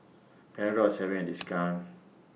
Panadol IS having A discount